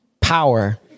power